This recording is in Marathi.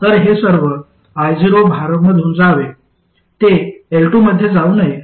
तर हे सर्व io भारमधून जावे ते L2 मध्ये जाऊ नये